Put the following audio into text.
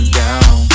down